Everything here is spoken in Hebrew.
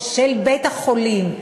של בית-החולים.